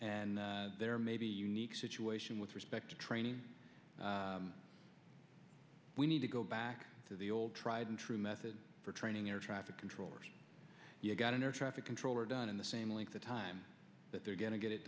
and there may be a unique situation with respect to training we need to go back to the old tried and true method for training air traffic controllers you've got an air traffic controller down in the same length of time that they're going to get it